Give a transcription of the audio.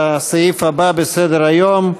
הסעיף הבא בסדר-היום: